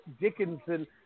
Dickinson